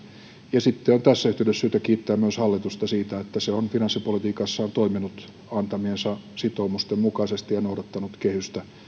ja sitten on tässä yhteydessä syytä kiittää myös hallitusta siitä että se on finanssipolitiikassaan toiminut antamiensa sitoumusten mukaisesti ja noudattanut kehystä